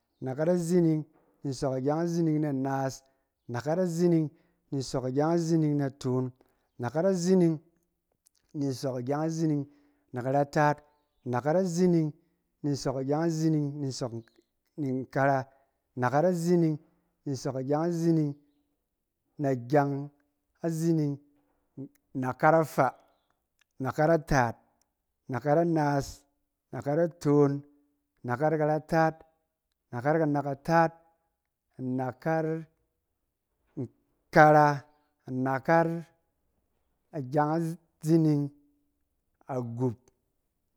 Anakat azining ni nsɔk agyeng azining na naas, anakat azining ni nsɔk agyeng azining na toon, anakat azining ni nsɔk agyeng azining na karataat, anakat azining ni nsɔk agyeng azining na sɔk- nkara, anakat azining ni nsɔk agyeng azining- na gyeng azining, nakat afaa, nakat ataat, nakat anaas, nakat atoon, nakat karataat, nakat kanakataat, nakat- nkara, anakat a-gyeng azining, agup.